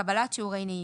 ובקבלת שיעורי נהיגה.